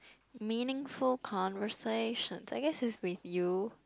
meaningful conversation I guess is with you